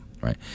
right